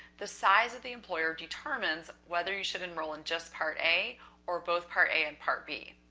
the size of the employer determines whether you should enroll in just part a or both part a and part b.